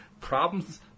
problems